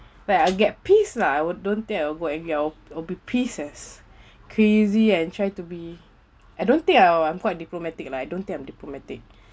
where I get pissed lah I would don't think I'll go angry I'll be pissed as crazy and try to be I don't think I will I'm quite diplomatic lah I don't think I'm diplomatic